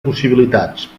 possibilitats